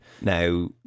now